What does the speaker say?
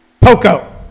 Poco